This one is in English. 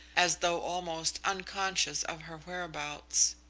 as though almost unconscious of her whereabouts.